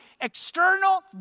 external